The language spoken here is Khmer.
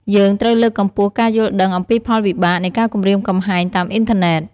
យើងត្រូវលើកកម្ពស់ការយល់ដឹងអំពីផលវិបាកនៃការគំរាមកំហែងតាមអ៊ីនធឺណិត។